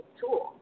tool